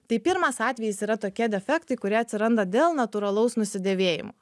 tai pirmas atvejis yra tokie defektai kurie atsiranda dėl natūralaus nusidėvėjimo